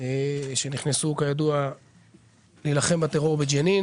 שנכנסו כידוע להילחם בטרור בג'נין.